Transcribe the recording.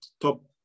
top